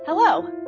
Hello